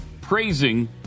praising